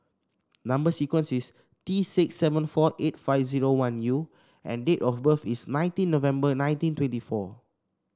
number sequence is T six seven four eight five zero one U and date of birth is nineteen November nineteen twenty four